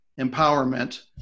empowerment